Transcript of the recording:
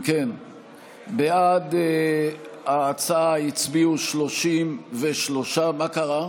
אם כן, בעד ההצעה הצביעו 33 מה קרה?